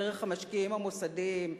דרך המשקיעים המוסדיים,